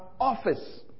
office